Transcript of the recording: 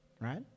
Right